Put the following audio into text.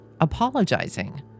apologizing